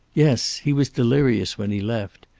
yes. he was delirious when he left.